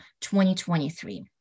2023